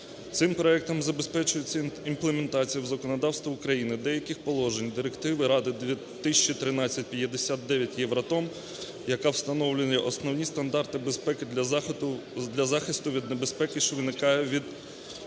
Цим проектом забезпечується імплементація у законодавство України деяких положень Директиви 2013/59/Євроатом, яка встановлює основні стандарти безпеки для захисту від небезпеки, що виникає від